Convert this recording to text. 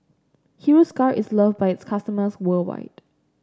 Hiruscar is love by its customers worldwide